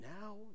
now